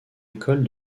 école